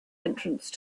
entrance